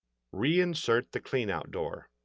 reinsert the cleanout door.